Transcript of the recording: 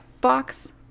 box